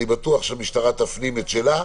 אני בטוח שהמשטרה תפנים את שלה.